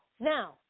Now